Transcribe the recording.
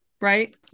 right